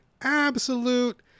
absolute